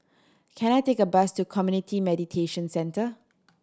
can I take a bus to Community Mediation Centre